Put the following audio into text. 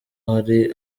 hari